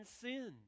sin